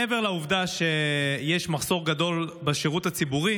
מעבר לעובדה שיש מחסור גדול בשירות הציבורי,